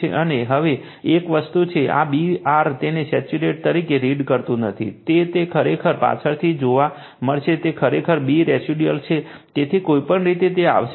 અને હવે એક વસ્તુ છે આ B r તેને સેચ્યુરેટેડ તરીકે રીડ કરતું નથી તેતે ખરેખર પાછળથી જોવા મળશે તે ખરેખર B રેસિડ્યુઅલ છે તેથી કોઈપણ રીતે તે આવશે